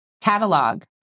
catalog